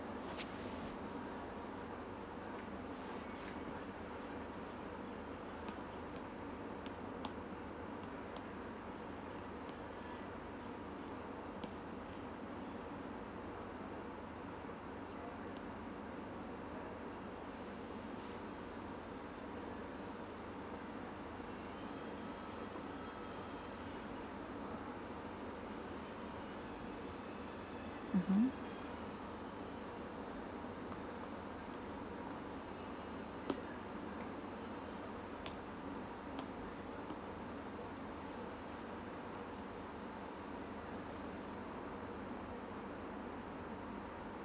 mmhmm